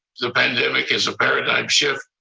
the pandemic is a paradigm shift.